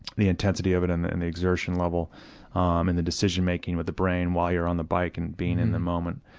the intensity of it and the and the exertion level um and the decision-making of the brain while you're on the bike and being in the moment.